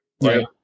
Right